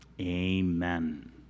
Amen